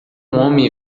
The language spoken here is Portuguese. homem